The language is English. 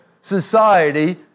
society